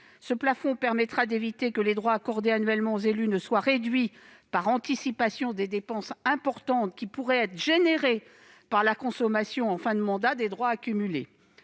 Ce plafond permettra d'éviter que les droits accordés annuellement aux élus ne soient réduits par anticipation des dépenses importantes qui pourraient découler de la consommation en fin de mandat des droits accumulés.